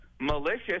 malicious